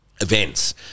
events